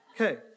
Okay